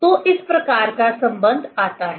तो इस प्रकार का संबंध आता है